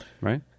Right